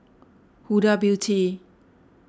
Huda Beauty